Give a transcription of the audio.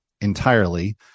entirely